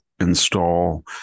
install